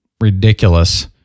ridiculous